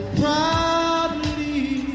proudly